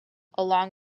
along